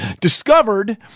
discovered